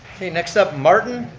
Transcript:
next up, martin.